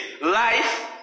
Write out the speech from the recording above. life